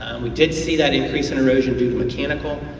we did see that increase in erosion due to mechanical,